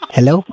Hello